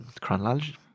chronology